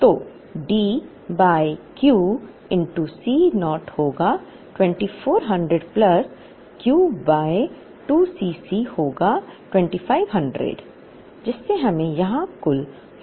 तो D by Q C naught होगा 2400 plus Q by 2 C c होगा 2500 जिससे हमें यहां कुल 4900 का खर्च आएगा